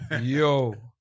Yo